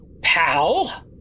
pal